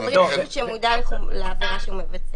--- אנחנו מדברים על מישהו שמודע לעבירה שהוא מבצע.